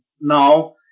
Now